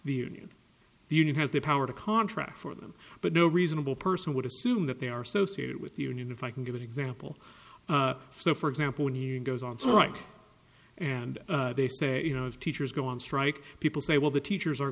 the union the union has the power to contract for them but no reasonable person would assume that they are so state with the union if i can give an example so for example when you go on strike and they say you know teachers go on strike people say well the teachers are